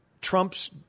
Trump's –